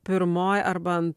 pirmoj arba